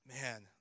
man